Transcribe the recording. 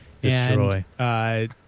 Destroy